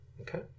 okay